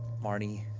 marnie,